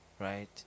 right